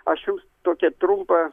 aš jums tokią trumpą